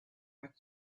but